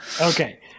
Okay